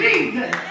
Jesus